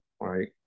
right